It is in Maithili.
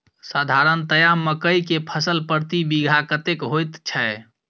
साधारणतया मकई के फसल प्रति बीघा कतेक होयत छै?